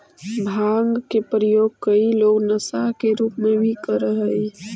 भाँग के प्रयोग कई लोग नशा के रूप में भी करऽ हई